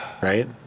Right